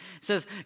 says